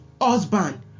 husband